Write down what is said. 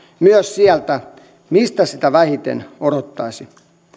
myös sieltä mistä sitä vähiten odottaisi